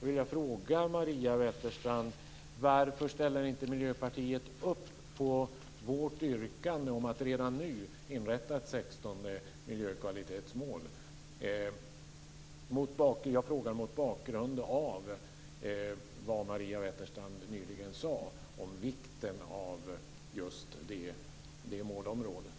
Miljöpartiet inte bakom vårt yrkande att det redan nu ska inrättas ett 16:e miljökvalitetsmål? Jag ställer frågan mot bakgrund av vad Maria Wetterstrand nyss sade om vikten av just det målområdet.